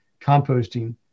composting